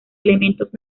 elementos